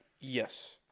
yes